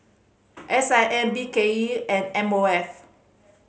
S I M B K E and M O F